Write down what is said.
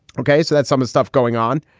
ok. so that's some stuff going on.